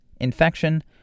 infection